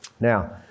Now